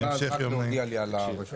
רק להודיע לי על...